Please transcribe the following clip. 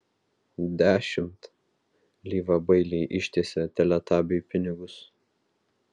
dešimt lyva bailiai ištiesė teletabiui pinigus